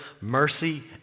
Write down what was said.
mercy